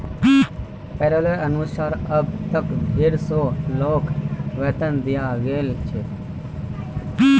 पैरोलेर अनुसार अब तक डेढ़ सौ लोगक वेतन दियाल गेल छेक